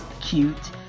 cute